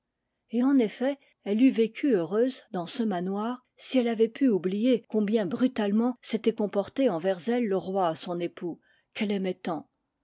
et en effet elle eût vécu heureuse dans ce manoir si elle avait pu oublier combien brutalement s'était comporté envers elle le roi son époux qu'elle aimait tant